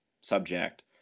subject